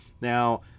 Now